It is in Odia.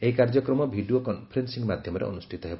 ଏହି କାଯ୍ୟକ୍ରମ ଭିଡ଼ିଓ କନ୍ଫରେନ୍ଦିଂ ମାଧ୍ୟମରେ ଅନୁଷ୍ଠିତ ହେବ